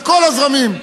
בכל הזרמים.